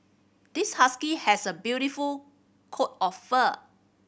this husky has a beautiful coat of fur